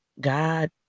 God